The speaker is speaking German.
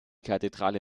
kathedrale